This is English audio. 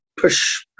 push